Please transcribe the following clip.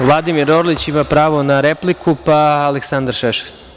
Vladimir Orlić ima pravo na repliku, pa Aleksandar Šešelj.